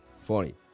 Funny